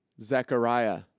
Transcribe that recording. Zechariah